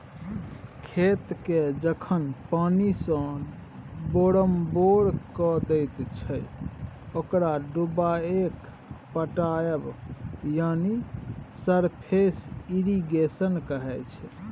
खेतकेँ जखन पानिसँ बोरमबोर कए दैत छै ओकरा डुबाएकेँ पटाएब यानी सरफेस इरिगेशन कहय छै